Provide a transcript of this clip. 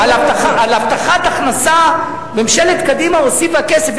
להבטחת הכנסה ממשלת קדימה הוסיפה כסף.